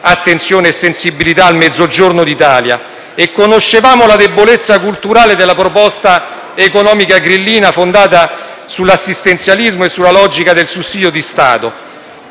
attenzione e sensibilità verso il Mezzogiorno d'Italia e conoscevamo la debolezza culturale della proposta economica grillina, fondata sull'assistenzialismo e sulla logica del sussidio di stato.